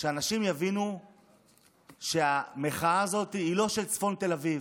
שאנשים יבינו שהמחאה הזאת היא לא של צפון תל אביב.